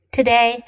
Today